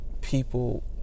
people